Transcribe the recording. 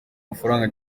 mafaranga